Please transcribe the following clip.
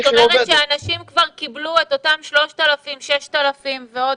זאת אומרת שהאנשים כבר קיבלו את אותם 3,000 או 6,000 שקלים.